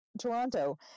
Toronto